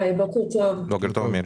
בוקר טוב.